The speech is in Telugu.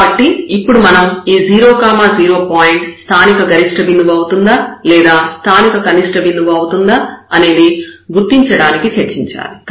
కాబట్టి ఇప్పుడు మనం ఈ 0 0 పాయింట్ స్థానిక గరిష్ట బిందువు అవుతుందా లేదా స్థానిక కనిష్ట బిందువు అవుతుందా అనేది గుర్తించడానికి చర్చించాలి